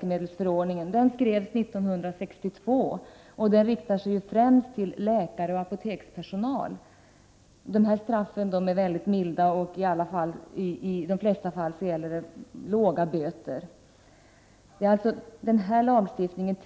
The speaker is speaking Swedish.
Den är från 1962 och den riktar sig främst till läkare och apotekspersonal. Straffen är väldigt milda, och i de flesta fall är påföljden låga böter. Läkemedelsförordningen